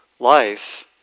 life